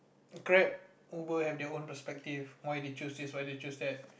Grab Uber have their own perspective why they choose this why they choose that